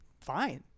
fine